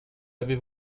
l’avez